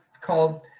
called